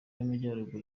y’amajyaruguru